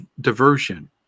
diversion